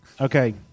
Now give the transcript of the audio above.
Okay